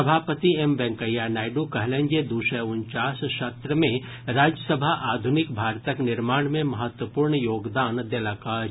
सभापति एम वेंकैया नायडू कहलनि जे दू सय उनचास सत्र मे राज्यसभा आधुनिक भारतक निर्माण मे महत्वपूर्ण योगदान देलक अछि